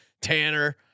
Tanner